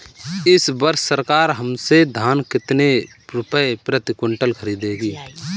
इस वर्ष सरकार हमसे धान कितने रुपए प्रति क्विंटल खरीदेगी?